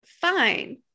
fine